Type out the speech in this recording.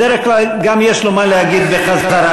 בדרך כלל גם יש לו מה להגיד בחזרה.